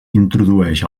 introdueix